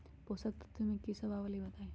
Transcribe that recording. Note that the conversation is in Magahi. पोषक तत्व म की सब आबलई बताई?